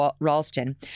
Ralston